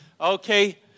Okay